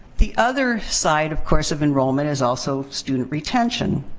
the other side, of course, of enrollment is also student retention.